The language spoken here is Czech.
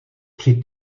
při